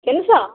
ତିନିଶହ